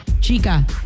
Chica